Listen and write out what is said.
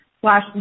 slash